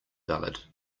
valid